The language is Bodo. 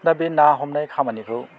दा बे ना हमनाय खामानिखौ